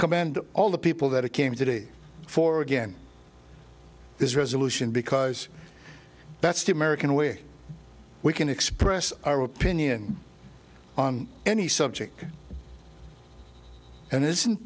commend all the people that i came today for again this resolution because that's the american way we can express our opinion on any subject and isn't